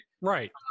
Right